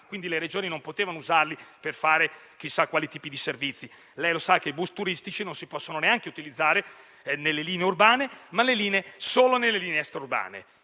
Quindi le Regioni non potevano usarli per fare chissà quali tipi di servizi; lei sa che i bus turistici si possono utilizzare non nelle linee urbane, ma solo nelle linee extraurbane.